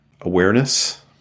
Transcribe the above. awareness